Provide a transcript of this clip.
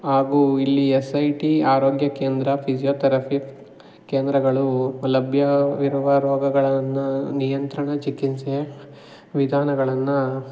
ಹಾಗೂ ಇಲ್ಲಿಯ ಸೈಟಿ ಆರೋಗ್ಯ ಕೇಂದ್ರ ಫಿಸಿಯೋಥೆರಪಿ ಕೇಂದ್ರಗಳು ಲಭ್ಯವಿರುವ ರೋಗಗಳನ್ನು ನಿಯಂತ್ರಣ ಚಿಕಿತ್ಸೆ ವಿಧಾನಗಳನ್ನು